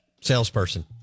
salesperson